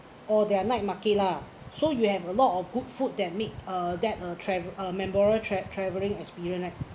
oh their night market lah so you have a lot of good food that make uh that uh travel uh memorable tra~ travelling experience right